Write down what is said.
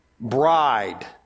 bride